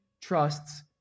trusts